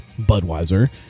Budweiser